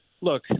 look